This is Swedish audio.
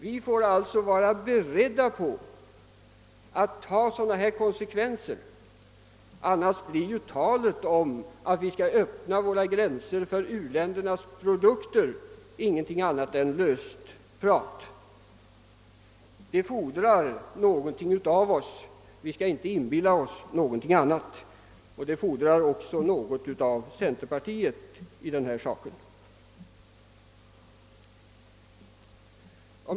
Vi får alltså vara beredda att ta sådana konsekvenser, ty annars blir talet om att vi skall öppna våra gränser för uländernas produkter ingenting annat än löst prat. Det fordras någonting av oss, vi skall inte inbilla oss någonting annat, och det krävs också något av centerpartiet.